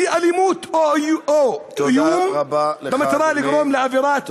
היא אלימות או איום במטרה לגרום לאווירת פחד.